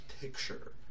picture